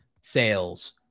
sales